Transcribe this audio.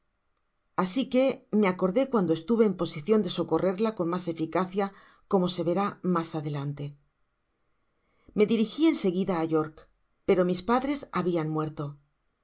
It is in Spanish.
asi que me acordé cuando estuve en posicion de socorrerla con mas eficacia como se verá mas adelante me dirigi en seguida á york pero mis padres habian muerto